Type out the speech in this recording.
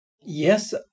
Yes